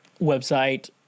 website